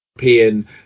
European